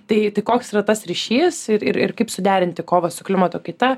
tai tai koks yra tas ryšys ir ir ir kaip suderinti kovą su klimato kaita